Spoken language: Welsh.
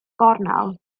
gornel